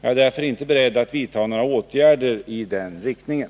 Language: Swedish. Jag är därför inte beredd att vidta några åtgärder i den riktningen.